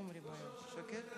הוא יושב-ראש הקבינט האזרחי,